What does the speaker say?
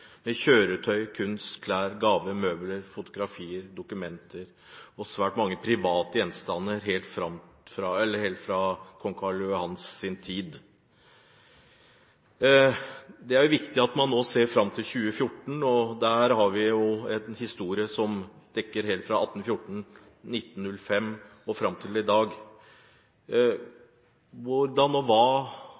med kjøretøy, kunst, klær, gaver, møbler, fotografier, dokumenter og svært mange private gjenstander helt fra kong Karl Johans tid. Det er viktig at en nå ser fram mot 2014, og der har vi en historie som dekker helt fra 1814, 1905 og fram til i dag. Hvordan